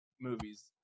movies